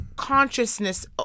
consciousness